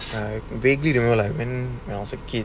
I vaguely remember like when when I was a kid